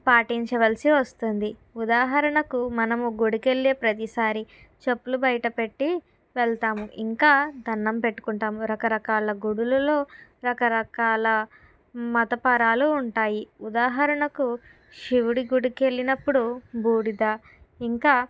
పాటించవలసి వస్తుంది ఉదాహరణకు మనము గుడికెళ్ళే ప్రతిసారి చెప్పులు బయటపెట్టి వెళ్తాము ఇంకా దండం పెట్టుకుంటాం రకరకాల గుడులలో రకరకాల మతపరాలు ఉంటాయి ఉదాహరణకు శివుడి గుడికెళ్ళినప్పుడు బూడిద ఇంకా